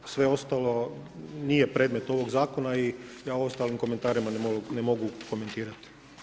A sve ostalo, nije predmet ovog zakona i ja o ostalim komentarima ne mogu komentirati.